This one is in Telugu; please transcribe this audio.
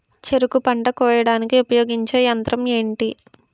చెరుకు పంట కోయడానికి ఉపయోగించే యంత్రం ఎంటి?